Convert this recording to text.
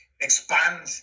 expand